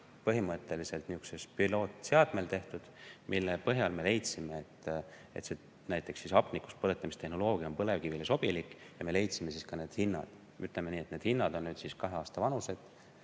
[olemasoleval] pilootseadmel tehtud katse, mille põhjal me leidsime, et näiteks hapnikus põletamise tehnoloogia on põlevkivile sobilik, ja me leidsime ka hinnad. Ütleme nii, et need hinnad on nüüd kahe aasta vanused,